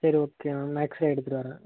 சரி okay ma'am x-ray எடுத்துகிட்டு வரேன்